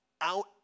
out